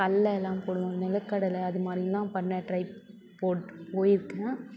கல்லெல்லாம் போடுவோம் நிலக்கடல அது மாதிரி பண்ண ட்ரைப் போட்டு போயி இருக்கேன்